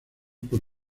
por